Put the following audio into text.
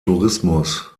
tourismus